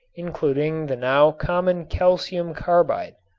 including the now common calcium carbide.